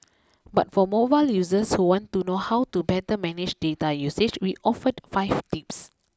but for mobile users who want to know how to better manage data usage we offered five tips